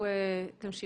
תמשיכו.